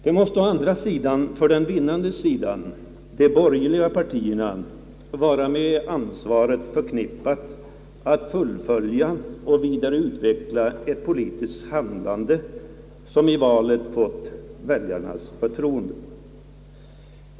Det måste för den vinnande sidan — de borgerliga partierna — vara med ansvaret förknippat att fullfölja och utveckla ett politiskt handlande som i valet fått väljarnas förtroende.